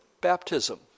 baptism